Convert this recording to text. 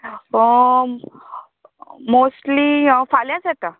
mostly फाल्यांच येतां